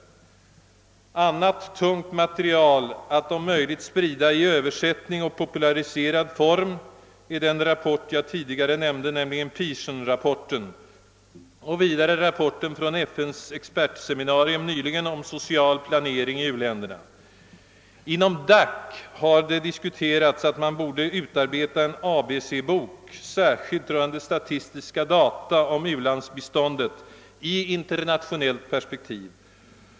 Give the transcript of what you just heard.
Ett annat tungt material att om möjligt sprida i översättning och populariserad form är den rapport jag tidigare nämnde, nämligen Pearsonrapporten, och vidare den nyligen avgivna rapporten från FN:s expertseminarium angående social planering i u-länderna. Inom DAC har diskuterats att man borde utarbeta en ABC-bok rörande statistiska data om u-landsbiståndet i internationellt perspektiv.